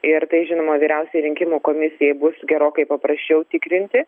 ir tai žinoma vyriausiajai rinkimų komisijai bus gerokai paprasčiau tikrinti